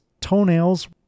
toenails